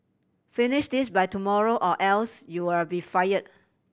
finish this by tomorrow or else you'll be fire